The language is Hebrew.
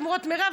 אומרות: מירב,